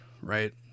right